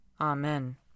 Amen